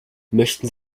möchten